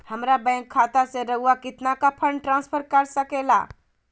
हमरा बैंक खाता से रहुआ कितना का फंड ट्रांसफर कर सके ला?